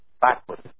backwards